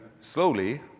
slowly